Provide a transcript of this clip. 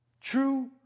True